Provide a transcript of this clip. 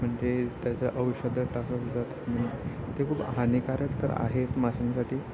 म्हणजे त्याचं औषधं टाकलं जातात आणि ते खूप हानिकारक तर आहेत माशांसाठी